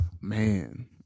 Man